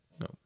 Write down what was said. No